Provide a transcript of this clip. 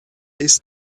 ist